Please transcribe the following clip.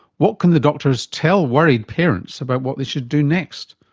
what can the doctors tell worried parents about what they should do next,